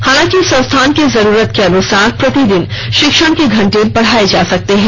हालांकि संस्थान की जरूरत के अनुसार प्रतिदिन शिक्षण के घंटे बढ़ाए जा संकते है